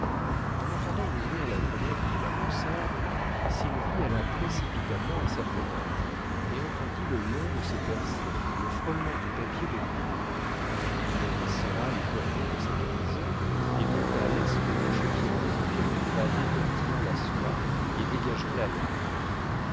en entendant ouvrir la fenêtre de la mansarde sylvie alla précipitamment à sa fenêtre et entendit le long de ses persiennes le frôlement du papier de brigaut elle serra les cordons de sa camisole et monta lestement chez pierrette qu'elle trouva détortillant la soie et dégageant la lettre